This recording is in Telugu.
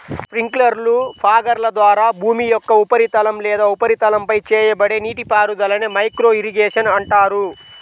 స్ప్రింక్లర్లు, ఫాగర్ల ద్వారా భూమి యొక్క ఉపరితలం లేదా ఉపరితలంపై చేయబడే నీటిపారుదలనే మైక్రో ఇరిగేషన్ అంటారు